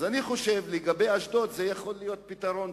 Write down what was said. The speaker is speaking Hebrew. אני חושב שלאשדוד זה יכול להיות פתרון טוב.